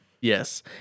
Yes